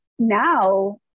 Now